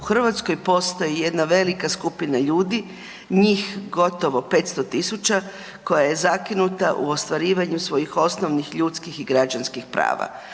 U Hrvatskoj postoji jedna velika skupina ljudi, njih gotovo 500 000 koja je zakinuta u ostvarivanju svojih osnovnih ljudskih i građanskih prava.